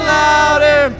louder